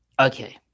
Okay